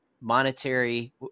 monetary